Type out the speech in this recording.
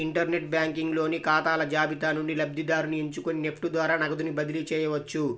inter net banking లోని ఖాతాల జాబితా నుండి లబ్ధిదారుని ఎంచుకొని నెఫ్ట్ ద్వారా నగదుని బదిలీ చేయవచ్చు